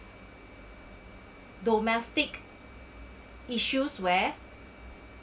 domestic issues where